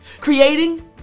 creating